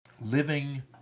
living